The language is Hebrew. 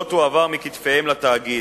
לא תועבר מכתפיהם לתאגיד,